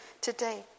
today